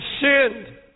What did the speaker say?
sinned